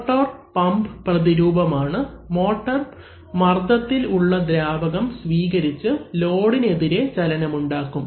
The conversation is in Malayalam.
മോട്ടോർ പമ്പ് പ്രതിരൂപമാണ് മോട്ടോർ മർദ്ദത്തിൽ ഉള്ള ദ്രാവകം സ്വീകരിച്ച് ലോഡിന് എതിരെ ചലനം ഉണ്ടാകും